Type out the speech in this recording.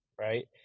right